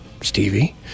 stevie